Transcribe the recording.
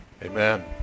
Amen